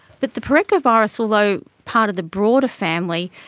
but the parechovirus, although part of the broader family,